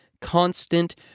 constant